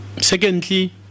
secondly